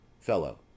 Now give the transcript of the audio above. Fellow